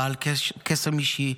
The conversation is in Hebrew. בעל קסם אישי,